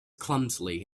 clumsily